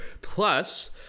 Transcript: Plus